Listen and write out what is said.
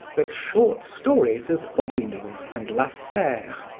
the short stories of aubineau and lasserre,